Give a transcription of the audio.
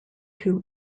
too